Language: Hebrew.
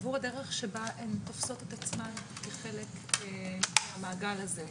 עבור הדרך שבה הן תופסות את עצמן כחלק מהמעגל הזה,